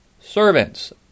servants